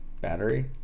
Battery